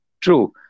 true